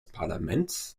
parlaments